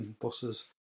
buses